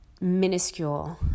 minuscule